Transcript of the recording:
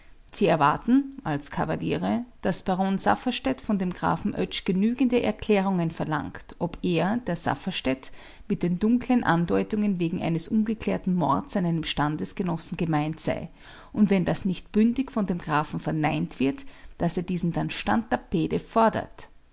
sie erwarten als kavaliere daß baron safferstätt von dem grafen oetsch genügende erklärungen verlangt ob er der safferstätt mit den dunklen andeutungen wegen eines ungeklärten mords an einem standesgenossen gemeint sei und wenn das nicht bündig von dem grafen verneint wird daß er diesen dann stante pede fordert